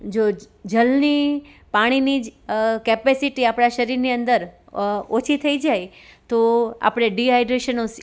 જો જળની પાણીની જ કેપેસિટી આપણા શરીરની અંદર ઓછી થઇ જાય તો આપણે ડીહાયડ્રેશનનો